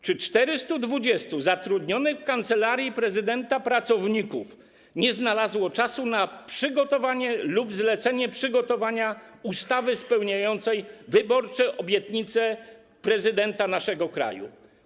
Czy 420 zatrudnionych w Kancelarii Prezydenta pracowników nie znalazło czasu na przygotowanie lub zlecenie przygotowania ustawy spełniającej wyborcze obietnice prezydenta naszego kraju?